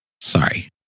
Sorry